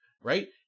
Right